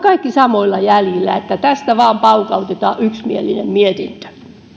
kaikki samoilla jäljillä että tästä vaan paukautetaan yksimielinen mietintö